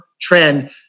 Trend